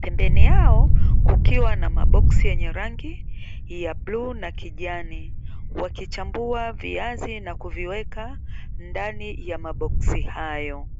Pembeni yao kukiwa na maboksi yenye rangi ya bluu na kijani, wakichambua viazi na kuviweka ndani ya maboksi hayo.